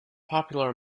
popular